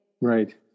Right